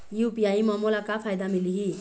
UPI म मोला का फायदा मिलही?